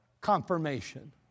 Confirmation